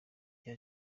cya